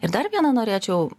ir dar vieną norėčiau